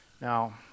Now